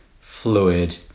fluid